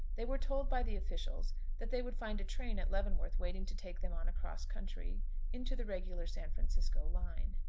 they were told by the officials that they would find a train at leavenworth waiting to take them on across country into the regular san francisco line.